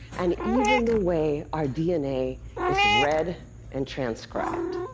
and even the way our dna is read and transcribed.